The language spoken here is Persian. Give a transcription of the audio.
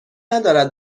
ندارد